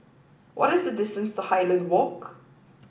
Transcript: what is the distance to Highland Walk